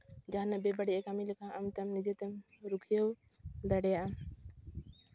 ᱡᱟᱦᱟᱱᱟᱜ ᱵᱮᱵᱟᱹᱲᱤᱡ ᱠᱟᱹᱢᱤ ᱞᱮᱠᱷᱟᱱ ᱟᱢ ᱛᱮᱢ ᱱᱤᱡᱮᱛᱮᱢ ᱨᱩᱠᱷᱭᱟᱹᱣ ᱫᱟᱲᱮᱭᱟᱜᱼᱟ